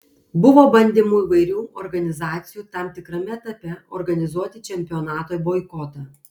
buvo bandymų įvairių organizacijų tam tikrame etape organizuoti čempionato boikotą